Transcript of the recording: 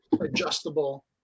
adjustable